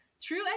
True